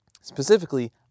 Specifically